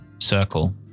circle